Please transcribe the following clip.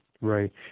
Right